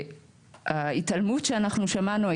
ההתעלמות שאנחנו שמענו,